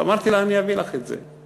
אמרתי לה: אני אביא לך את זה.